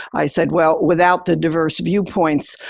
i said, well, without the diverse viewpoints,